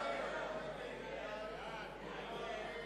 ההסתייגות הראשונה של קבוצת סיעת חד"ש לסעיף 2 לא נתקבלה.